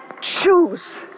choose